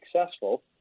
successful